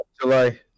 July